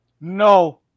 No